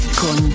con